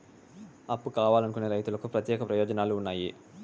అప్పు కావాలనుకునే రైతులకు ప్రత్యేక ప్రయోజనాలు ఉన్నాయా?